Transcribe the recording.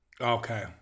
Okay